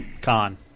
con